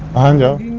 and